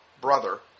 brother